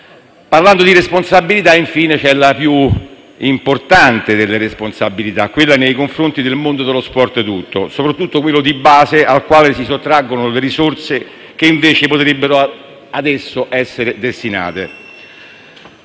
Parlando di responsabilità, infine, c'è la più importante delle responsabilità, quella nei confronti del mondo dello sport tutto, soprattutto quello di base, al quale si sottraggono le risorse che invece potrebbero ad esso essere destinate.